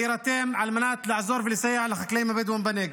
להירתם על מנת לעזור ולסייע לחקלאים הבדואים בנגב.